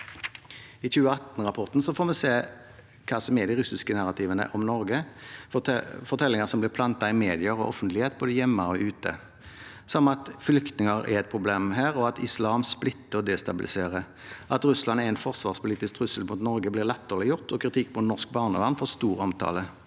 I 2018-rapporten får vi se hva som er de russiske narrativene om Norge, fortellinger som blir plantet i media og offentligheten både hjemme og ute. Det er f.eks. at flyktninger er et problem her, og at islam splitter og destabiliserer. At Russland er en forsvarspolitisk trussel mot Norge, blir latterliggjort, og kritikken mot norsk barnevern får stor omtale.